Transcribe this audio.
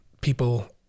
People